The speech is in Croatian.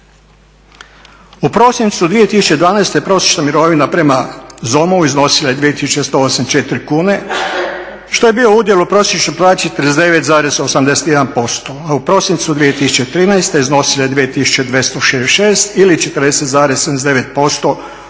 U prosincu 2011. prosječna mirovina prema ZOM-u iznosila je 2 tisuće 108 četiri kune što je bio udjel u prosječnoj plaći 39,81% a u prosincu 2013. iznosilo je 2 tisuće 266 ili 40,79%